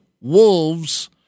wolves